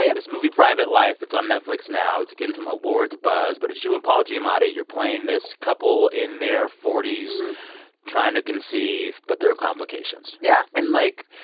yeah this movie, private life, it's on netflix now. it's getting some awards buzz. but it's you and paul giamatti. you're playing this couple in their forty s so trying to conceive, but there are complications yeah and like,